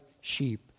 sheep